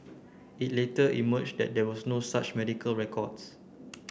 it later emerged that there were no such medical records